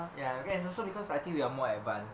ya I think it's also because I think we are more advanced